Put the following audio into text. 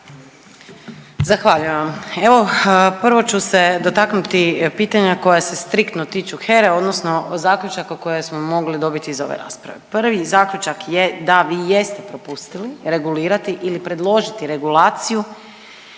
Zahvaljujem vam. Evo prvo ću se dotaknuti pitanja koja se striktno tiču HERE odnosno zaključaka koje smo mogli dobiti iz rasprave. Prvi zaključak je da vi jeste propustili regulirati ili predložiti regulaciju